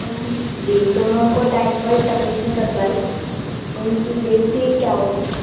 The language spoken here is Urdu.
ان جی تو میں ان کو ٹائم پر سبمٹ نہیں کر پائی ان کی لیٹ فیس کیا ہوگی